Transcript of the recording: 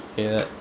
ya